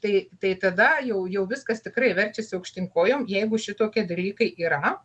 tai tai tada jau jau viskas tikrai verčiasi aukštyn kojom jeigu šitokie dalykai yra